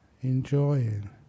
enjoying